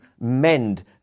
mend